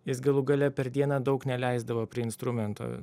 jis galų gale per dieną daug neleisdavo prie instrumento